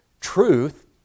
truth